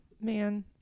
man